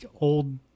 Old